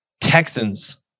Texans